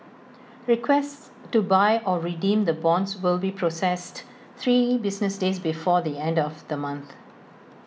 requests to buy or redeem the bonds will be processed three business days before the end of the month